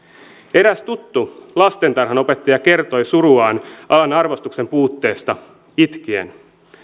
eräs tuttu lastentarhanopettaja kertoi suruaan alan arvostuksen puutteesta itkien